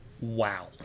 Wow